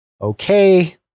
Okay